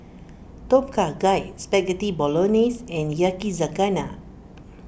Tom Kha Gai Spaghetti Bolognese and Yakizakana